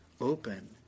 open